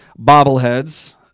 bobbleheads